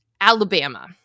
Alabama